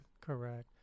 Correct